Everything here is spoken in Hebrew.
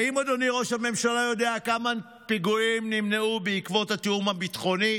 האם אדוני ראש הממשלה יודע כמה פיגועים נמנעו בעקבות התיאום הביטחוני